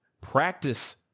Practice